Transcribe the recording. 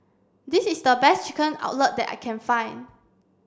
this is the best Chicken Cutlet that I can find